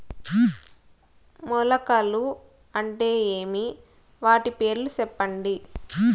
మొలకలు అంటే ఏమి? వాటి పేర్లు సెప్పండి?